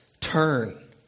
turn